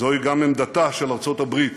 זוהי גם עמדתה של ארצות הברית.